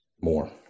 more